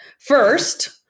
First